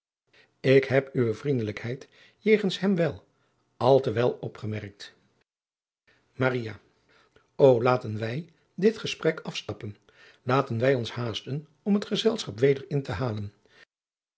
ik heb uwe vriendelijkheid jegens hem wel al te wel opgemerkt maria o laten wij dit gesprek afstappen laten wij ons haasten om het gezelschap weder in te halen